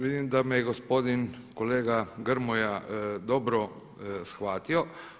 Vidim da me gospodin kolega Grmoja dobro shvatio.